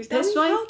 that's why